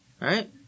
Right